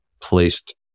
placed